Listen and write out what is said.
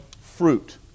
fruit